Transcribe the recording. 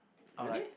I'm like